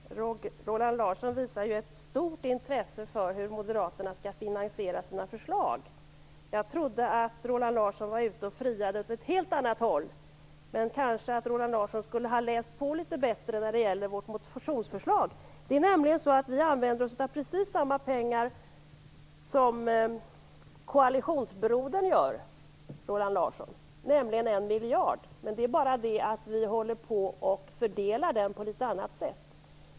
Herr talman! Roland Larsson visar ett stort intresse för hur Moderaterna skall finansiera sina förslag. Jag trodde att Roland Larsson var ute och friade åt ett helt annat håll. Roland Larsson skulle kanske ha läst på vårt motionsförslag litet bättre. Det är nämligen så att vi använder oss av precis samma pengar som koalitionsbrodern gör, Roland Larsson, nämligen 1 miljard. Men vi fördelar den på ett litet annat sätt.